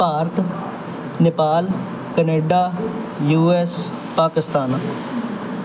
Bharat Nepal Canada U S Pakistan